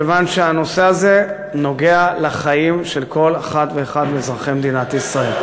מכיוון שהנושא הזה נוגע לחיים של כל אחד ואחד מאזרחי מדינת ישראל.